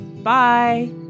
Bye